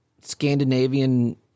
Scandinavian